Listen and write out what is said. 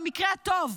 במקרה הטוב,